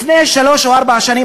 לפני שלוש או ארבע שנים,